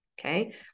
Okay